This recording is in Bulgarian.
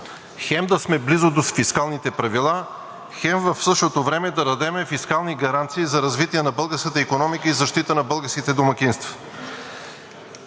хем да сме близо до фискалните правила, хем в същото време да дадем фискални гаранции за развитие на българската икономика и защита на българските домакинства.